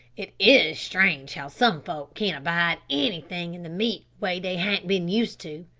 it is strange how some folk can't abide anything in the meat way they han't bin used to.